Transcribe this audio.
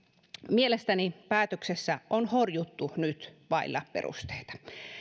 mielestäni päätöksessä on horjuttu nyt vailla perusteita